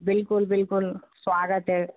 बिल्कुल बिल्कुल स्वागत है